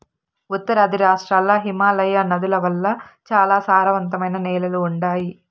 ఉత్తరాది రాష్ట్రాల్ల హిమాలయ నదుల వల్ల చాలా సారవంతమైన నేలలు ఉండాయి